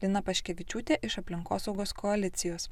lina paškevičiūtė iš aplinkosaugos koalicijos